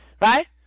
right